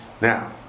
Now